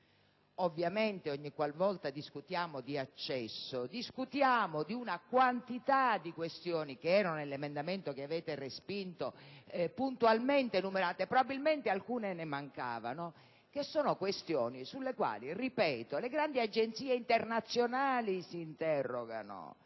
Ovviamente, ogni qualvolta discutiamo di accesso, discutiamo di una quantità di questioni che erano, nell'emendamento che avete respinto, puntualmente enumerate (e probabilmente alcune ne mancavano); questioni sulle quali, ripeto, le grandi agenzie internazionali si interrogano.